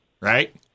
right